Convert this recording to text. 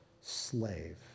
slave